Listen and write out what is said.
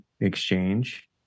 exchange